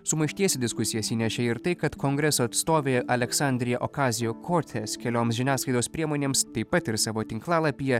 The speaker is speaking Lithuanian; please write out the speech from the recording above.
sumaišties į diskusijas įnešė ir tai kad kongreso atstovė aleksandrija okazija kortes kelioms žiniasklaidos priemonėms taip pat ir savo tinklalapyje